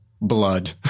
Blood